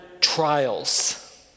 trials